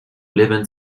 leven